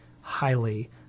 highly